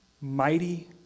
mighty